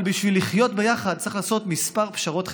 אבל בשביל לחיות ביחד צריך לעשות כמה פשרות חברתיות.